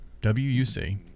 W-U-C